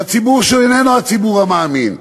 לציבור שאיננו הציבור המאמין,